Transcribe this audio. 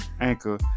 Anchor